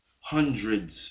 hundreds